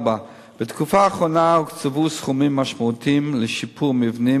4. בתקופה האחרונה הוקצבו סכומים משמעותיים לשיפור מבנים,